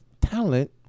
talent